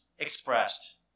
Expressed